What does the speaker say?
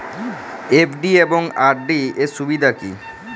FD এবং RD এর সুবিধা কী?